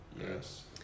Yes